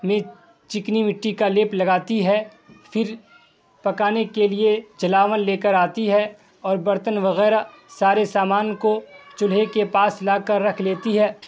میں چکنی مٹی کا لیپ لگاتی ہے پھر پکانے کے لیے جلاون لے کر آتی ہے اور برتن وغیرہ سارے سامان کو چولہے کے پاس لا کر رکھ لیتی ہے